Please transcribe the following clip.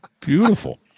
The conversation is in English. beautiful